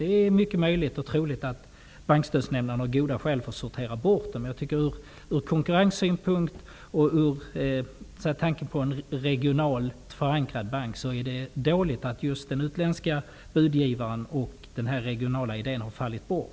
Det är mycket troligt att Bankstödsnämnden hade goda skäl för att sortera bort dessa tänkbara ägare, men från konkurrenssynpunkt och med tanke på en regionalt förankrad bank är det dåligt att just den utländske budgivaren och den regionala idén har fallit bort.